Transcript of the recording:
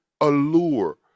allure